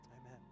amen